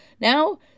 Now